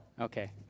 okay